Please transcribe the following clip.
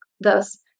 Thus